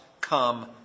come